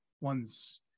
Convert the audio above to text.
ones